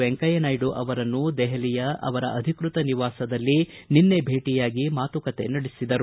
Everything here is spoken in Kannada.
ವೆಂಕಯ್ಥನಾಯ್ಡು ಅವರನ್ನು ದೆಹಲಿಯ ಅವರ ಅಧಿಕೃತ ನಿವಾಸದಲ್ಲಿ ನಿನ್ನೆ ಭೇಟಿಯಾಗಿ ಮಾತುಕತೆ ನಡೆಸಿದರು